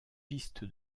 piste